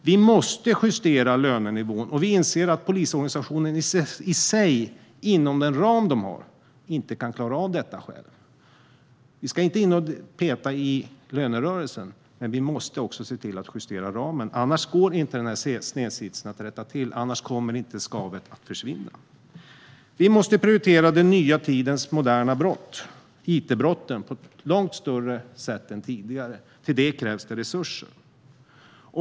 Vi måste justera lönenivån, och vi inser att polisorganisationen i sig inom den ram man har inte kan klara av detta själv. Vi ska inte in och peta i lönerörelsen, men vi måste se till att justera ramen. Annars går inte den här snedsitsen att rätta till. Annars kommer inte skavet att försvinna. Vi måste prioritera den nya tidens moderna brott, it-brotten, långt mer än tidigare. Till det krävs det resurser.